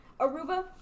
Aruba